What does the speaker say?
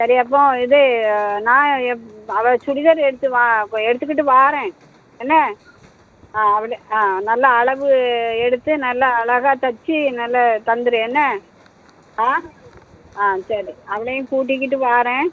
சரி அப்போ இது நான் எப் அவ சுடிதார் எடுத்து வா எடுத்துக்கிட்டு வாரேன் என்ன ஆ அப்படி ஆ நல்லா அளவு எடுத்து நல்லா அழகா தைச்சி நல்லா தந்துரு என்ன ஆ ஆ சரி அவளையும் கூட்டிக்கிட்டு வாரேன்